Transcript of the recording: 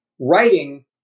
writing